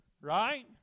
Right